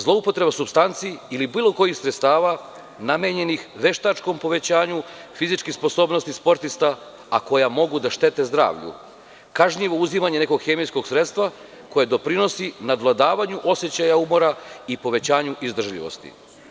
Zloupotreba supstanci ili bilo kojih sredstava namenjenih veštačkom povećanju fizičke sposobnosti sportista, a koja mogu da štete zdravlju, kažnjivo uzimanje nekog hemijskog sredstva koje doprinosi nadvladavanju osećaja umora i povećanju izdržljivosti.